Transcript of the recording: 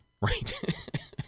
Right